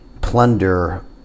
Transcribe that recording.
plunder